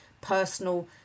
personal